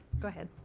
go ahead.